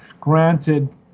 granted